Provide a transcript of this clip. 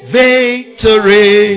victory